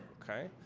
okay?